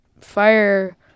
fire